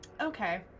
okay